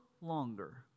longer